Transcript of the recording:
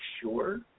sure